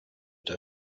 der